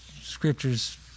scriptures